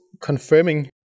confirming